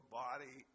body